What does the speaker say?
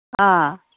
ꯑꯥ